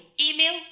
Email